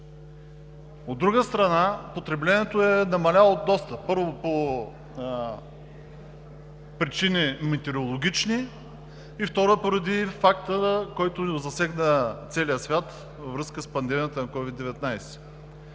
От друга страна, потреблението е намаляло доста – първо, по метеорологични причини и, второ, поради факта, който засегна целия свят във връзка с пандемията COVID-19.